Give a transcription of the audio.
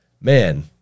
man